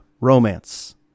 Romance